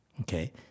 Okay